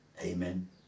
Amen